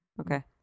Okay